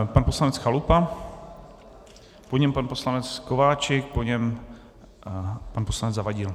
Pan poslanec Chalupa, po něm pan poslanec Kováčik, po něm pan poslanec Zavadil.